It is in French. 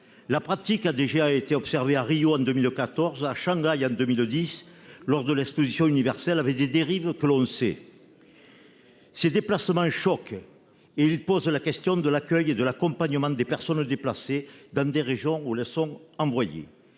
pratique a déjà été observée à Rio de Janeiro en 2014 et à Shanghai en 2010 lors de l'exposition universelle, avec les dérives que l'on sait. Ces déplacements choquent. Ils posent la question de l'accueil et de l'accompagnement des personnes déplacées dans les régions où elles sont envoyées.